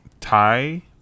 thai